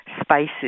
spices